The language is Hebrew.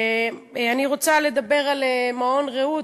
אני רוצה לדבר על מעון "רעות".